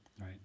right